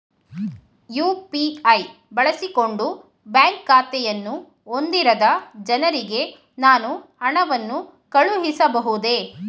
UPI ಬಳಸಿಕೊಂಡು bank ಖಾತೆಯನ್ನು ಹೊಂದಿರದ ಜನರಿಗೆ ನಾನು ಹಣವನ್ನು ಕಳುಹಿಸಬಹುದೇ?